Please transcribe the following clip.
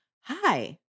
Hi